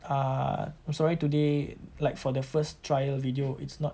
uh I'm sorry today like for the first trial video it's not